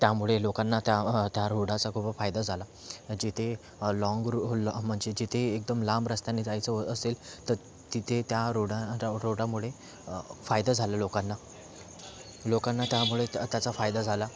त्यामुळे लोकांना त्या त्या रोडाचा खूप फायदा झाला जिथे लाँग रु ल म्हणजे जिथे एकदम लांब रस्त्याने जायचं हो असेल तर तिथे त्या रोडा र रोडामुळे फायदा झाला लोकांना लोकांना त्यामुळे त्या त्याचा फायदा झाला